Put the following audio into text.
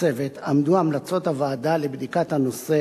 הצוות עמדו המלצות הוועדה לבדיקת נושא